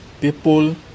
People